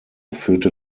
führte